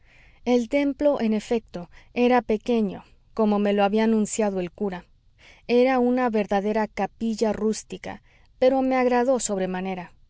el templo en efecto era pequeño como me lo había anunciado el cura era una verdadera capilla rústica pero me agradó